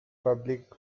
public